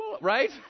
right